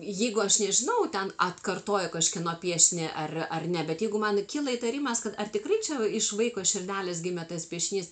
jeigu aš nežinau ten atkartoju kažkieno piešinį ar ar ne bet jeigu man kyla įtarimas kad ar tikrai čia iš vaiko širdelės gimė tas piešinys